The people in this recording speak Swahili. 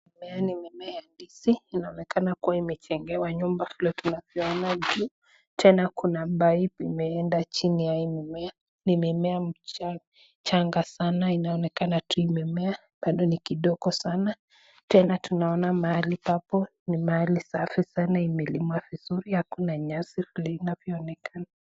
Mimea ni mimea ya ndizi inaonekana kua imejengewa nyumba vile tunavyoona juu , tena kuna pipe imeenda chini ya hii mimea, ni mimea changa sana, inaonekana tu imemea bado ni kidogo sana tena tunaona mahali papo ni mahali safi sana imelimwa vizuri hakuna nyasi kama inavyoonekana.